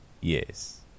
Yes